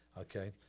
okay